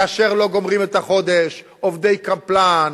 כאשר לא גומרים את החודש, עובדי קבלן,